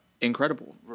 Incredible